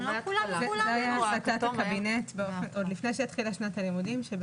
זאת הייתה החלטת הקבינט עוד לפני שהתחילה שנת הלימודים.